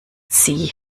sie